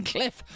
Cliff